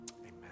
amen